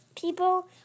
people